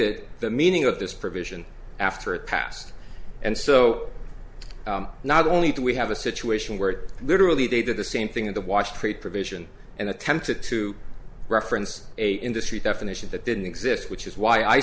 d the meaning of this provision after it passed and so not only do we have a situation where literally they do the same thing in the watch trade provision and attempted to reference a industry definition that didn't exist which is why i